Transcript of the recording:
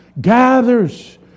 gathers